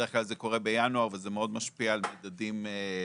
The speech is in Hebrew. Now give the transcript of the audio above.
בדרך כלל זה קורה בינואר וזה מאוד משפיע על מדדים ספציפיים,